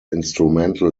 instrumental